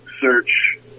search